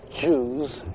Jews